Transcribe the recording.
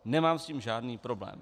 Nemám s tím žádný problém.